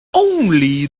only